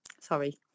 Sorry